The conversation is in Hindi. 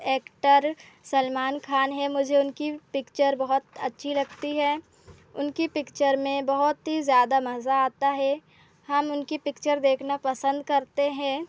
एक्टर सलमान खान हैं मुझे उनकी पिक्चर बहुत अच्छी लगती है उनकी पिक्चर में बहुत ही ज़्यादा मज़ा आता है हम उनकी पिक्चर देखना पसंद करते हैं